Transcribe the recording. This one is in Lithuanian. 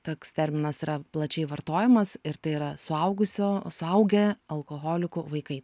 toks terminas yra plačiai vartojamas ir tai yra suaugusio suaugę alkoholikų vaikai